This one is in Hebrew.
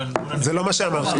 זה לא מה שאמרתי.